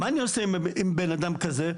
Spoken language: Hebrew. מה אני עושה עם בן אדם כזה?